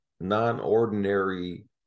non-ordinary